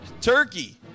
turkey